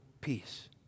peace